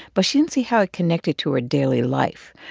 but she didn't see how it connected to her daily life.